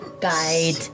Guide